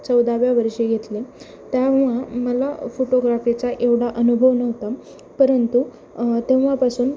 चौदाव्या वर्षी घेतले तेव्हा मला फोटोग्राफीचा एवढा अनुभव नव्हता परंतु तेव्हापासून